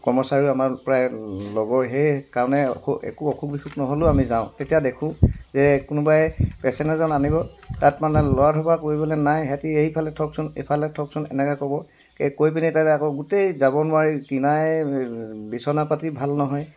কৰ্মচাৰীও আমাৰ প্ৰায় লগৰ সেইকাৰণে একো অসুখ বিসুখ নহ'লেও আমি যাওঁ তেতিয়া দেখোঁ যে কোনোবাই পেচেণ্ট এজন আনিব তাত মানে লৰাঢপৰা কৰিবলৈ নাই সিহঁতে এইফালে থওকচোন এফালে থওকচোন এনেকৈ ক'ব কৈ পিনি তাত আকৌ গোটেই যাব নোৱাৰি কিনাৰে বিছনা পাতি ভাল নহয়